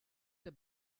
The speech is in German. der